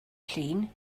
llun